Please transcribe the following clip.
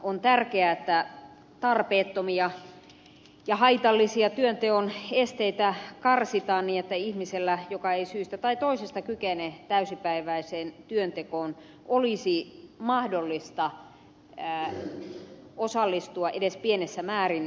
on tärkeää että tarpeettomia ja haitallisia työnteon esteitä karsitaan niin että ihmisen joka ei syystä tai toisesta kykene täysipäiväiseen työntekoon olisi mahdollista osallistua edes pienessä määrin työelämään